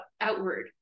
outward